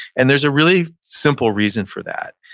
and there's a really simple reason for that